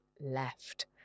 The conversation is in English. left